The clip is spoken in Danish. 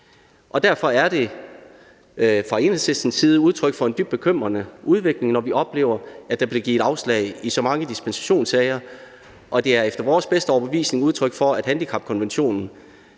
Derfor er det fra Enhedslistens side udtryk for en dybt bekymrende udvikling, når vi oplever, at der bliver givet afslag i så mange dispensationssager, og det er efter vores bedste overbevisning udtryk for, at handicapkonventionen